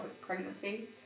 pregnancy